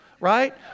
right